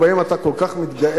ובהם אתה כל כך מתגאה,